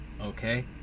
Okay